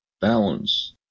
balance